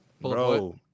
Bro